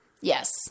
Yes